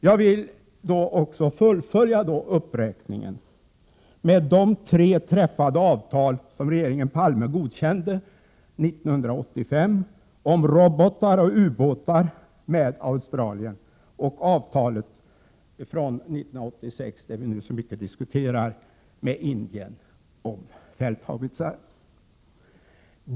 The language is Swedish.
Jag vill fullfölja uppräkningen med att nämna de tre med Australien träffade avtal om robotar och ubåtar som regeringen Palme godkände 1985 och avtalet med Indien från 1986, som vi nu så mycket diskuterar, om fälthaubitsar.